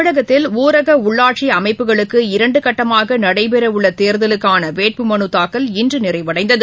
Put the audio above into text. தமிழகத்தில் ஊரக உள்ளாட்சி அமைப்புகளுக்கு இரண்டு கட்டமாக நடைபெறவுள்ள தேர்தலுக்கான வேட்புமனு தாக்கல் இன்று நிறைவடைந்தது